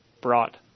brought